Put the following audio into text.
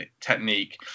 technique